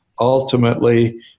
ultimately